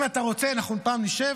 אם אתה רוצה, פעם נשב